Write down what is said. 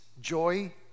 joy